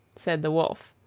said the wolf.